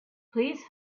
please